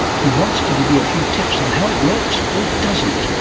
who wants to give you a few tips on how it works or doesn't.